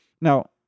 Now